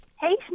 hey